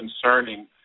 Concerning